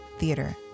theater